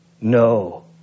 No